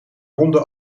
ronde